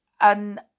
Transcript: And